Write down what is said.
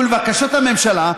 ולבקשת הממשלה,